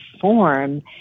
form